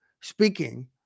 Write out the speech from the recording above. speaking